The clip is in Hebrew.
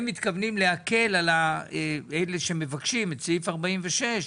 הם מתכוונים להקל על אלה שמבקשים את סעיף 46,